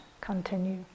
continue